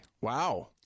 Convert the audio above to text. Wow